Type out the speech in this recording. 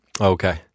Okay